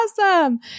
awesome